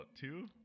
two